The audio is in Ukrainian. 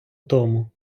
тому